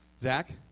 Zach